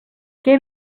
què